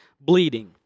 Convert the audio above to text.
bleeding